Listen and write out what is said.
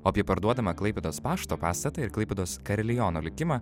o apie parduodamą klaipėdos pašto pastatą ir klaipėdos kariliono likimą